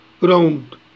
round